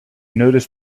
noticed